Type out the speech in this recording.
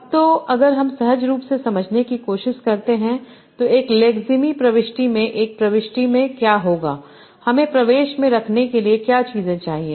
अब तो अगर हम सहज रूप से समझने की कोशिश करते हैं तो एक लेक्सेमी प्रविष्टि में एक प्रविष्टि में क्या होगा हमें प्रवेश में रखने के लिए क्या चीजें चाहिए